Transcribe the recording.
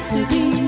City